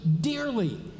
dearly